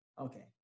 Okay